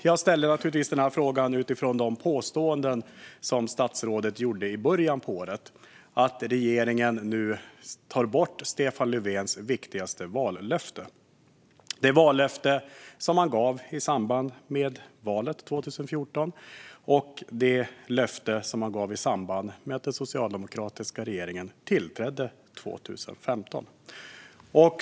Jag ställde denna fråga utifrån de påståenden som statsrådet gjorde i början av året om att regeringen nu tar bort Stefan Löfvens viktigaste vallöfte - det vallöfte som han gav i samband med valet 2014 och det löfte han gav i samband med att den socialdemokratiska regeringen tillträdde 2015.